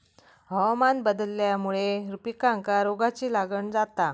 हवामान बदलल्यामुळे पिकांका रोगाची लागण जाता